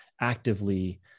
actively